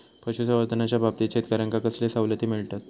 पशुसंवर्धनाच्याबाबतीत शेतकऱ्यांका कसले सवलती मिळतत?